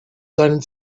seinen